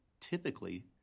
typically